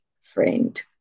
friend